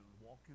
walking